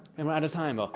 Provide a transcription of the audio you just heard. and we're out of time. ah